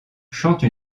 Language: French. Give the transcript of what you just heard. chante